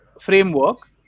framework